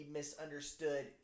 misunderstood